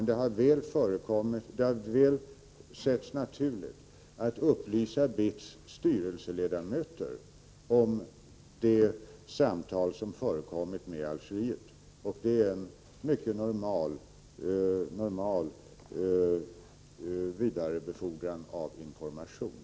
Det har dock ansetts naturligt att upplysa BITS styrelseledamöter om det samtal som förekommit när det gäller Algeriet. Det är fråga om en högst normal vidarebefordran av information.